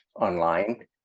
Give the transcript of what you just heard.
online